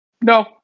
No